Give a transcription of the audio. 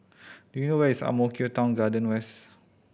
do you know where is Ang Mo Kio Town Garden West